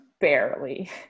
barely